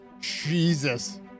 Jesus